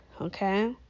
Okay